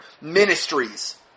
ministries